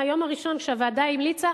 מהיום הראשון שהוועדה המליצה,